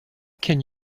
can